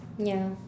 ya